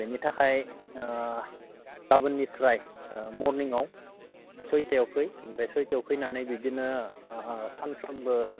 बेनि थाखाय गाबोननिफ्राय मरनिङाव सइथायाव फै ओमफ्राय सइथायाव फैनानै बिदिनो सानफ्रामबो